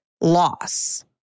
loss